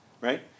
right